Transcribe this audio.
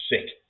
sick